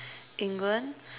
England